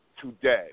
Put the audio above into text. today